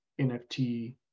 nft